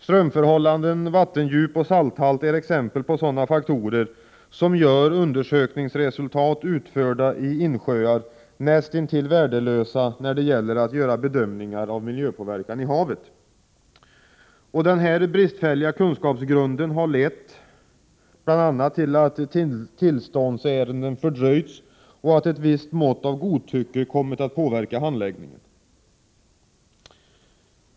Strömförhållanden, vattendjup och salthalt är exempel på sådana faktorer som gör undersökningsresultat utförda i insjöar näst intill värdelösa när det gäller att göra bedömningar av miljöpåverkan i havet. Denna bristfälliga kunskapsgrund har bl.a. lett till att tillståndsärenden fördröjts och att ett visst mått av godtycke kommit att påverka handläggningen.